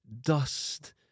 dust